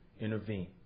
intervene